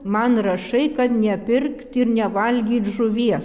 man rašai kad nepirkt ir nevalgyt žuvies